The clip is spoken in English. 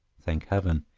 thank heaven,